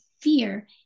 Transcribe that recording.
fear